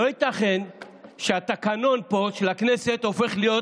לא ייתכן שהתקנון פה של הכנסת הופך להיות